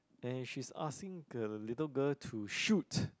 and she's asking the little girl to shoot